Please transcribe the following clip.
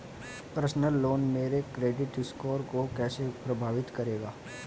Personal loan मेरे credit score को कैसे प्रभावित करेगा?